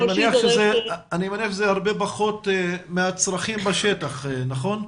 אני מניח שזה הרבה פחות מהצרכים בשטח, נכון?